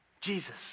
Jesus